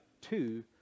two